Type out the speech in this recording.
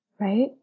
right